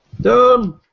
Done